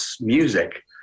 music